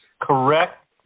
correct